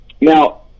now